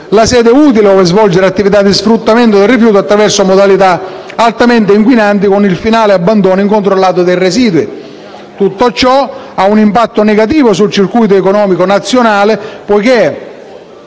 la sede utile ove svolgere attività di sfruttamento del rifiuto attraverso modalità altamente inquinanti, con il finale abbandono incontrollato dei residui. Tutto ciò ha un impatto negativo sul circuito economico nazionale, poiché